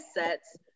assets